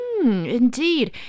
Indeed